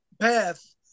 path